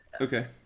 Okay